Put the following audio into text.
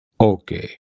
Okay